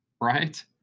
right